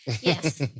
Yes